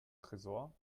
tresor